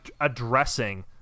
addressing